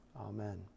Amen